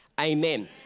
amen